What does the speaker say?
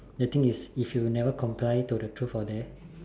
the thing is if you never comply to the truth or dare